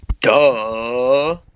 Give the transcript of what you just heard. Duh